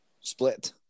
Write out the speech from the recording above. Split